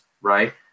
Right